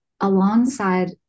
alongside